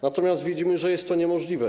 Natomiast widzimy, że jest to niemożliwe.